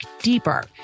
deeper